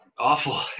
awful